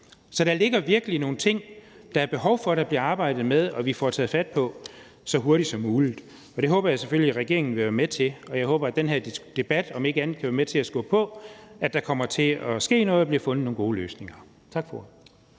Så der ligger virkelig nogle ting, som der er behov for, at der bliver arbejdet med, og som vi får taget fat på så hurtigt som muligt, og det håber jeg selvfølgelig regeringen vil være med til, og jeg håber, at den her debat om ikke andet kan være med til at skubbe på, at der kommer til at ske noget, og at der bliver fundet nogle gode løsninger. Tak for